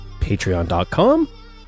patreon.com